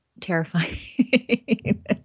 terrifying